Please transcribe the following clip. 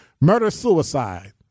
murder-suicide